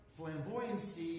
flamboyancy